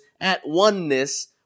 at-oneness